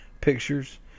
pictures